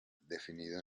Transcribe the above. definido